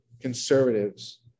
conservatives